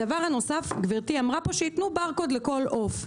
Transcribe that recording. הדבר הנוסף, גברתי אמרה פה שייתנו ברקוד לכל עוף.